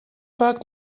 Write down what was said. факт